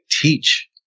teach